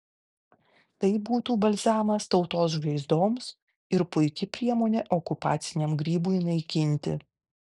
tai būtų balzamas tautos žaizdoms ir puiki priemonė okupaciniam grybui naikinti